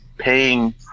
paying